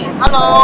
hello